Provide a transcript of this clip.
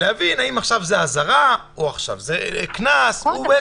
להבין האם עכשיו זה אזהרה או קנס וכו'.